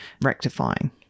rectifying